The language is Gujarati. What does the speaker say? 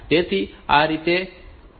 તેથી આ કેવી રીતે કરવું